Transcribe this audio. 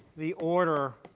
the order